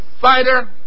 fighter